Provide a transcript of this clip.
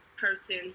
person